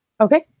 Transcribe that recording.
Okay